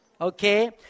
Okay